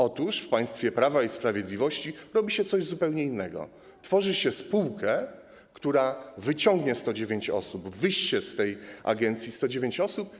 Otóż w państwie Prawa i Sprawiedliwości robi się coś zupełnie innego: tworzy się spółkę, która wyciągnie, wyssie z tej agencji 109 osób.